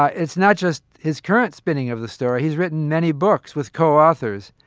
ah it's not just his current spinning of the story. he's written many books with co-authors.